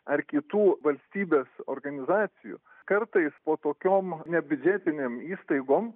ar kitų valstybės organizacijų kartais po tokiom nebiudžetinėm įstaigom